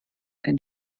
ein